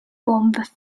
formed